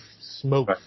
smoke